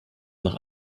nach